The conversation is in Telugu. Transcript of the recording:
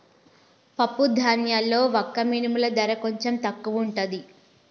పప్పు ధాన్యాల్లో వక్క మినుముల ధర కొంచెం తక్కువుంటది